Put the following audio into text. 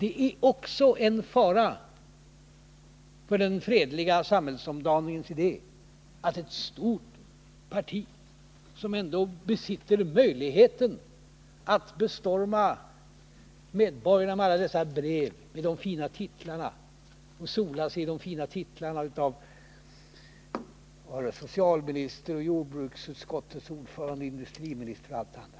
Det är också en fara för den fredliga samhällsomdaningens idé att ett stort parti uppträder på detta sätt, ett parti som ändå besitter möjligheten att bestorma medborgarna med alla dessa brev med de fina titlarna, att sola sig i de fina titlarna — socialminister, jordbruksutskottets ordförande, industriminister osv.